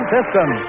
System